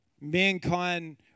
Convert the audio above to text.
Mankind